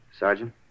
Sergeant